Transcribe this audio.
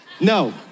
no